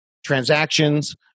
transactions